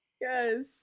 Yes